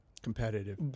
Competitive